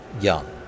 young